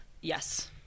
Yes